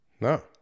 No